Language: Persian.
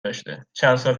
داشته، چندسال